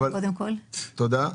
תודה.